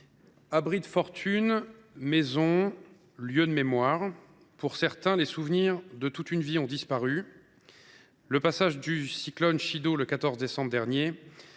abri de fortune, ou d’un lieu de mémoire, pour certains, les souvenirs de toute une vie ont disparu ! Le passage du cyclone Chido, le 14 décembre dernier,